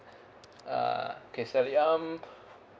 uh okay sorry um